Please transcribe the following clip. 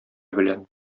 белән